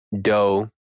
Doe